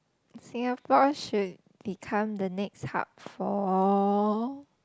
Singapore should become the next hub for